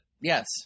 Yes